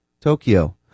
Tokyo